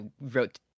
wrote